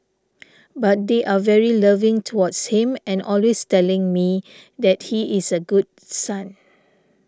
but they are very loving towards him and always telling me that he is a good son